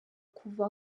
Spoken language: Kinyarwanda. kuva